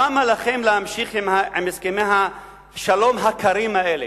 למה לכם להמשיך עם הסכמי השלום הקרים האלה?